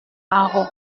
arreau